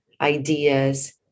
ideas